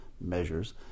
measures